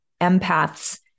empaths